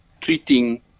treating